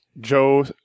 Joe